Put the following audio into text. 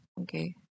Okay